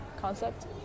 concept